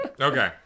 Okay